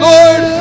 Lord